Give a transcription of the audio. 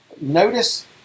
Notice